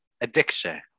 addiction